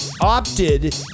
opted